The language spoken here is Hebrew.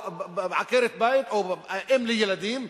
עקרת-בית או אם לילדים,